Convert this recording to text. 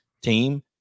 team